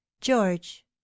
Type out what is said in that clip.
george